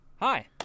Hi